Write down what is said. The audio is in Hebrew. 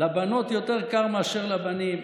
לבנות יותר קר מאשר לבנים.